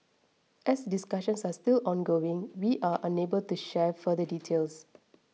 as discussions are still ongoing we are unable to share further details